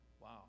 Wow